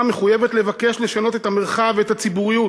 מחויבת לבקש לשנות את המרחב ואת הציבוריות.